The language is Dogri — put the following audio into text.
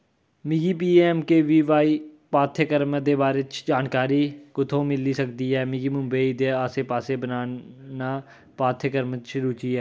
मिगी P M K V Y पाठ्यक्रमें दे बारे च जानकारी कु'त्थुआं मिली सकदी ऐ मिगी मुंबई दे आस्सै पास्सै बनाना पाठ्यक्रमें च रुचि ऐ